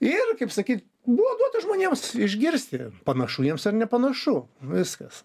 ir kaip sakyt buvo duota žmonėms išgirsti panašu jiems ar nepanašu viskas